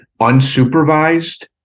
unsupervised